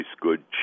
good